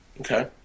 Okay